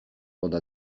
bande